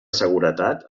seguretat